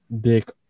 dick